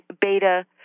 beta